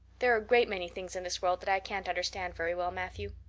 there are a great many things in this world that i can't understand very well, matthew.